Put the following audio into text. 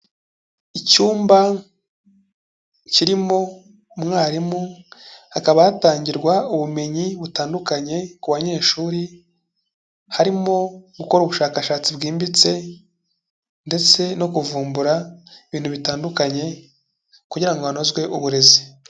Icyumba kirimo umwarimu hakaba hatangirwa ubumenyi butandukanye ku banyeshuri, harimo gukora ubushakashatsi bwimbitse ndetse no kuvumbura ibintu bitandukanye kugira ngo hanozwe uburezi.